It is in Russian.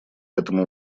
этому